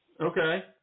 okay